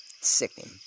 Sickening